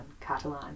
Catalan